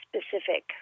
specific